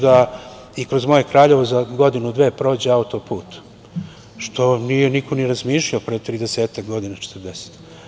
da i kroz moje Kraljevo za godinu-dve prođe auto-put, što nije niko ni razmišljao pre 30-ak godina, 40.